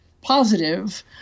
positive